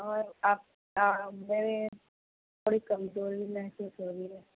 اور آپ میرے تھوڑی کمزوری محسوس ہو رہی ہے